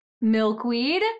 milkweed